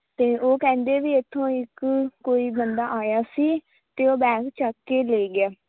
ਅਤੇ ਉਹ ਕਹਿੰਦੇ ਵੀ ਏਥੋਂ ਇੱਕ ਕੋਈ ਬੰਦਾ ਆਇਆ ਸੀ ਅਤੇ ਉਹ ਬੈਗ ਚੱਕ ਕੇ ਲੈ ਗਿਆ